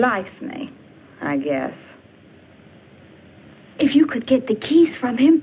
like me i guess if you could get the keys from him